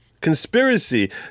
conspiracy